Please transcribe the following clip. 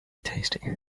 tasty